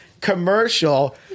commercial